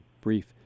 brief